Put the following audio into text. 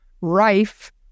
rife